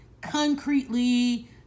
concretely